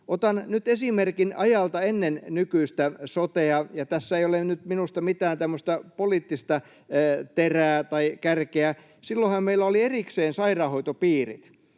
Otan nyt esimerkin ajalta ennen nykyistä sotea, ja tässä ei ole nyt minusta mitään tämmöistä poliittista terää tai kärkeä. Silloinhan meillä olivat erikseen sairaanhoitopiirit.